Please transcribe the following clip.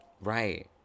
Right